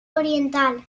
oriental